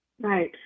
Right